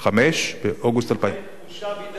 באוגוסט 2005. היא אולי כבושה בידי ה"חמאס",